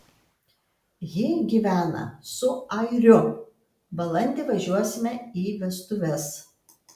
ji gyvena su airiu balandį važiuosime į vestuves